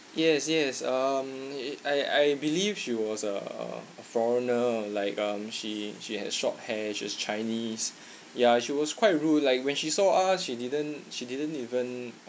yes yes um I I believe she was a a foreigner like um she she has short hair she's a chinese ya she was quite rude like when she saw us she didn't she didn't even